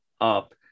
up